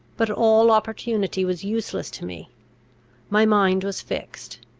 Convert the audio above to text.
but all opportunity was useless to me my mind was fixed,